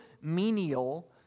menial